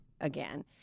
again